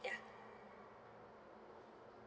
ya